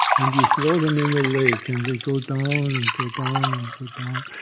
and you throw them in the lake. and they go down and go down and go down.